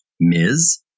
Ms